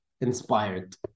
inspired